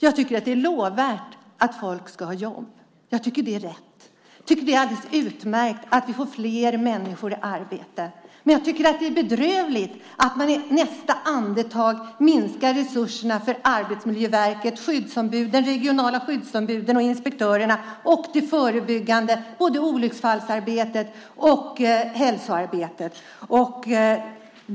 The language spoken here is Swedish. Jag tycker att det är lovvärt att folk ska ha jobb. Jag tycker att det är rätt. Det är alldeles utmärkt att vi får fler människor i arbete. Men jag tycker att det är bedrövligt att man i nästa andetag minskar resurserna till Arbetsmiljöverket, de regionala skyddsombuden och inspektörerna och det förebyggande olycksfalls och hälsoarbetet.